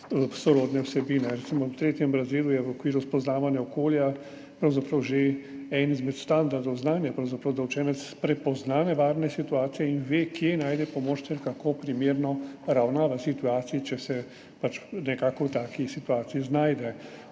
sorodne vsebine. Recimo v tretjem razredu je v okviru spoznavanja okolja pravzaprav že eden izmed standardov znanja, da učenec prepozna nevarne situacije in ve, kje najde pomoč ter kako primerno ravna v situaciji, če se v taki situaciji znajde.